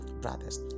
Brothers